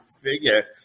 figure